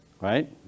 right